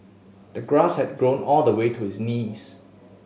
the grass had grown all the way to his knees